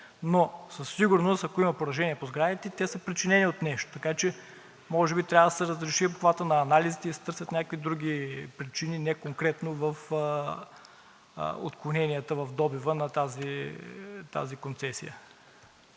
но със сигурност, ако има поражения по сградите, те са причинени от нещо, така че може би трябва да се разшири обхватът на анализите и да се търсят някакви други причини, не конкретно в отклоненията в добива на тази концесия.